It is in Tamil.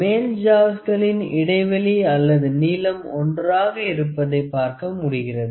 மேல் ஜாவ்ஸ்களின் இடைவெளி அல்லது நீளம் ஒன்றாக இருப்பதை பார்க்க முடிகிறது